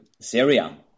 Syria